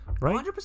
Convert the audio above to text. Right